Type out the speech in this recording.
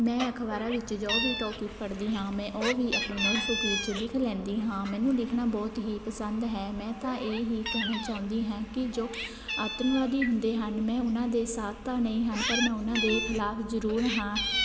ਮੈਂ ਅਖਬਾਰਾਂ ਵਿੱਚ ਜੋ ਵੀ ਟੋਪਿਕ ਪੜ੍ਹਦੀ ਹਾਂ ਮੈਂ ਉਹ ਵੀ ਆਪਣੇ ਨੋਟਬੁੱਕ ਵਿੱਚ ਲਿਖ ਲੈਂਦੀ ਹਾਂ ਮੈਨੂੰ ਲਿਖਣਾ ਬਹੁਤ ਹੀ ਪਸੰਦ ਹੈ ਮੈਂ ਤਾਂ ਇਹ ਹੀ ਕਹਿਣਾ ਚਾਹੁੰਦੀ ਹਾਂ ਕਿ ਜੋ ਆਤੰਕਵਾਦੀ ਹੁੰਦੇ ਹਨ ਮੈਂ ਉਹਨਾਂ ਦੇ ਸਾਥ ਤਾਂ ਨਹੀਂ ਹਨ ਪਰ ਮੈਂ ਉਹਨਾਂ ਦੇ ਖਿਲਾਫ ਜ਼ਰੂਰ ਹਾਂ